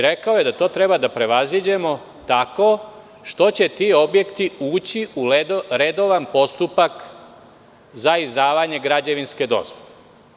Rekao je da to treba da prevaziđemo tako što će ti objekti ući u redovan postupak za izdavanje građevinske dozvole.